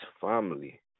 family